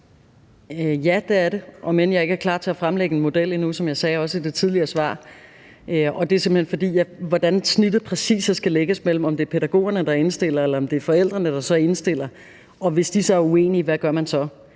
Ja, det er det, om end jeg ikke er klar til at fremlægge en model endnu, som jeg også sagde i mit tidligere svar. Det er simpelt hen, fordi der i spørgsmålet om, hvordan snittet præcis skal lægges – om det er pædagogerne, der indstiller, eller om det er forældrene, der indstiller, og hvad man gør, hvis de er så